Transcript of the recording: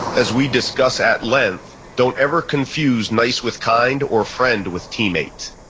as we discuss at length, don't ever confuse nice with kind or friend with teammates.